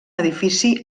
edifici